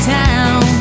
town